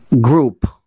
group